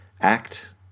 act